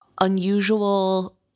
unusual